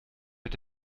mit